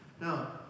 Now